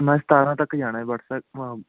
ਮੈਂ ਸਤਾਰ੍ਹਾਂ ਤੱਕ ਜਾਣਾ ਹੈ ਬੱਸ